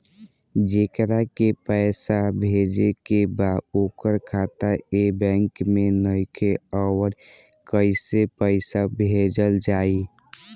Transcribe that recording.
जेकरा के पैसा भेजे के बा ओकर खाता ए बैंक मे नईखे और कैसे पैसा भेजल जायी?